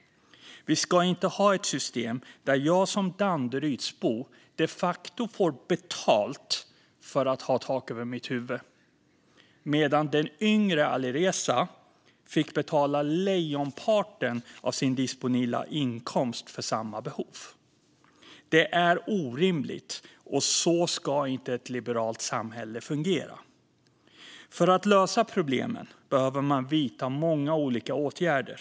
Vi ska inte ha ett system där jag som Danderydsbo de facto får betalt för att ha tak över mitt huvud, medan den yngre Alireza fick betala lejonparten av sin disponibla inkomst för samma behov. Det är orimligt, och så ska inte ett liberalt samhälle fungera. För att lösa problemen behöver man vidta många olika åtgärder.